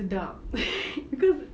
sedap cause